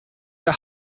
der